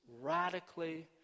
radically